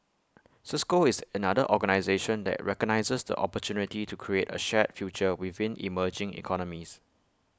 cisco is another organisation that recognises the opportunity to create A shared future within emerging economies